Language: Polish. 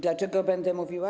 Dlaczego będę mówiła?